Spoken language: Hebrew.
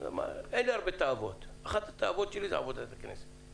אין לי הרבה תאבות אחת התאבות שלי זו עבודת הכנסת.